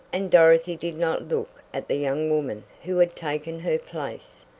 and dorothy did not look at the young woman who had taken her place.